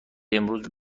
امروز